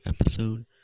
episode